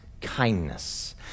kindness